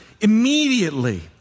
immediately